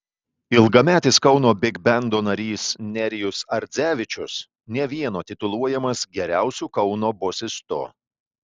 ilgametis kauno bigbendo narys nerijus ardzevičius ne vieno tituluojamas geriausiu kauno bosistu